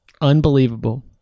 Unbelievable